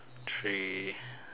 three